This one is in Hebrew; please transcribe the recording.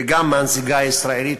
וגם בנסיגה הישראלית,